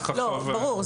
ברור.